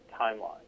timeline